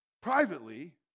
privately